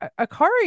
Akari